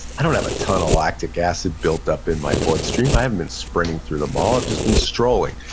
i don't have a ton lactic acid built up in my blood stream, i haven't been sprinting through the mall, i've just been strolling.